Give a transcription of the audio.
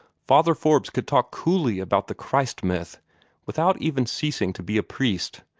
father forbes could talk coolly about the christ-myth without even ceasing to be a priest,